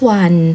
one